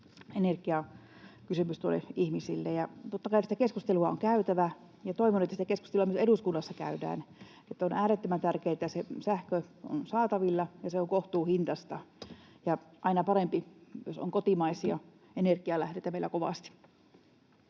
energiakysymys ihmisille. Totta kai sitä keskustelua on käytävä, ja toivon, että sitä keskustelua käydään myös eduskunnassa. On äärettömän tärkeätä, että sähköä on saatavilla ja se on kohtuuhintaista, ja aina parempi, jos meillä on kovasti